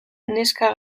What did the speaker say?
neska